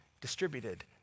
distributed